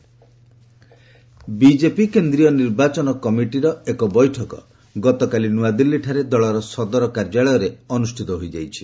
BJP meeting BJP କେନ୍ଦ୍ରୀୟ ନିର୍ବାଚନ କମିଟିର ଏକ ବୈଠକ ଗତକାଲି ନୂଆଦିଲ୍ଲୀଠାରେ ଦଳର ସଦର କାର୍ଯ୍ୟାଳୟରେ ଅନୁଷ୍ଠିତ ହୋଇଯାଇଛି